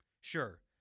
Sure